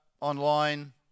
online